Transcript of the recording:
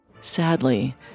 Sadly